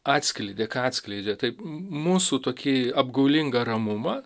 atskleidė ką atskleidė taip mūsų tokį apgaulingą ramumą